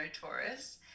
Taurus